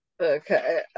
okay